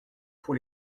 pour